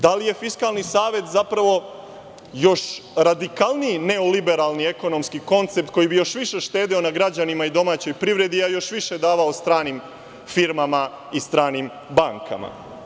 Da li je Fiskalni savet zapravo još radikalniji neoliberalni ekonomski koncept koji bi još više štedeo na građanima i domaćoj privredi, a još više davao stranim firmama i stranim bankama?